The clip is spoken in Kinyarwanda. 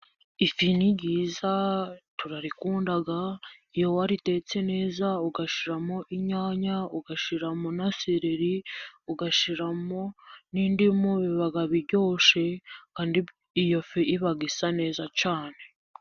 Ifi ni nziza, turayikunda iyo wayitetse neza, ugashyiramo inyanya, ugashyiramo na sereri, ugashyiramo n'indimu, biba biryoshe kandi iyo fi iba isa neza cyane.